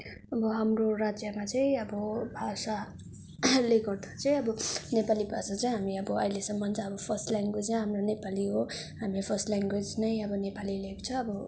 अब हाम्रो राज्यमा चाहिँ अब भाषा ले गर्दा चाहिँ अब नेपाली भाषा चाहिँ हामी अब अहिलेसम्म चाहिँ अब फर्स्ट ल्याङ्ग्वेज चाहिँ हाम्रो नेपाली हो हामीले फर्स्ट ल्याङ्ग्वेज नै अब नेपाली लेख्छ अब